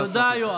תודה, יואב.